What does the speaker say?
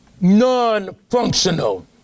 non-functional